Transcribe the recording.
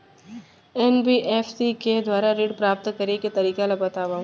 NBFC के दुवारा ऋण प्राप्त करे के तरीका ल बतावव?